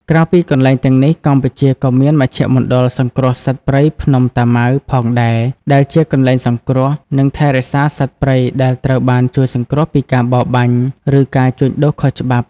ក្រៅពីកន្លែងទាំងនេះ កម្ពុជាក៏មាន មជ្ឈមណ្ឌលសង្គ្រោះសត្វព្រៃភ្នំតាម៉ៅផងដែរ ដែលជាកន្លែងសង្គ្រោះ និងថែរក្សាសត្វព្រៃដែលត្រូវបានជួយសង្គ្រោះពីការបរបាញ់ ឬការជួញដូរខុសច្បាប់។